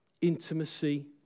Intimacy